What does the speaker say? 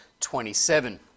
27